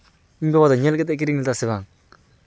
ᱤᱧ ᱵᱟᱵᱟ ᱫᱚ ᱧᱮᱞ ᱠᱟᱛᱮ ᱮᱭ ᱠᱤᱨᱤᱧ ᱞᱮᱫᱟ ᱥᱮ ᱵᱟᱝ